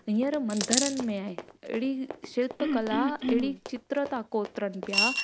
हींअर मंदरनि में आहिनि अहिड़ी शिल्पकला अहिड़ी चित्र था कोतरनि पिया